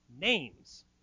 names